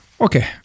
Okay